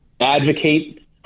advocate